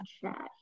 chat